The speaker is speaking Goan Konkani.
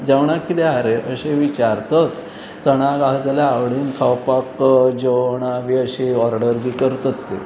जेवणाक कितें आसा रे अशें विचारतत चणाक आसा जाल्यार आवडीन खावपाक जेवणां बी अशी ऑर्डर बी करतात ते लोक